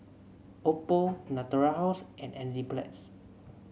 Oppo Natura House and Enzyplex